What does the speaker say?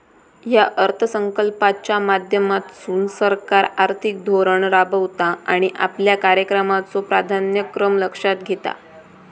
या अर्थसंकल्पाच्या माध्यमातसून सरकार आर्थिक धोरण राबवता आणि आपल्या कार्यक्रमाचो प्राधान्यक्रम लक्षात घेता